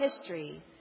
history